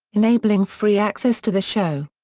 enabling free access to the show.